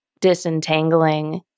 disentangling